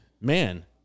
man